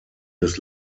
des